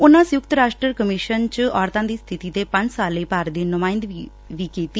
ਉਨਾਂ ਸੰਯੁਕਤ ਰਾਸ਼ਟਰ ਕਮਿਸ਼ਨ ਚ ਔਰਤਾਂ ਦੀ ਸਬਿਤੀ ਤੇ ਪੰਜ ਸਾਲ ਲਈ ਭਾਰਤ ਦੀ ਨੁਮਾਂਇੰਦਗੀ ਵੀ ਕੀਤੀ